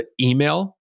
email